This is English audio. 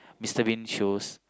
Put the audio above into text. Mister Bean shows